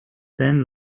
then